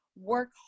work